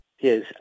Yes